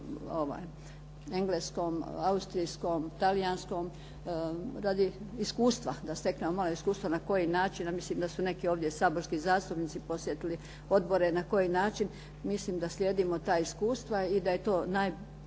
Engleskom, Austrijskom, Talijanskom radi iskustva, da steknemo malo iskustva na koji način a mislim da su neki ovdje saborski zastupnici posjetili odbore na koji način, mislim da slijedimo ta iskustva i da je to najefikasniji